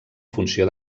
funció